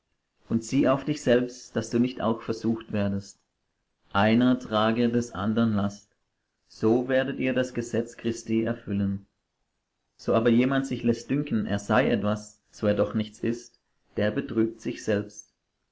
und sieh auf dich selbst daß du nicht auch versucht werdest einer trage des andern last so werdet ihr das gesetz christi erfüllen so aber jemand sich läßt dünken er sei etwas so er doch nichts ist der betrügt sich selbst